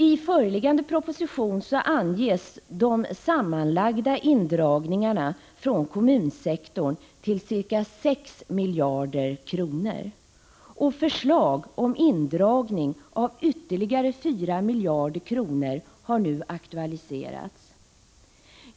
I föreliggande proposition anges de sammanlagda indragningarna från kommunsektorn till ca 6 miljarder, och förslag om indragning av ytterligare 4 miljarder har nu aktualiserats.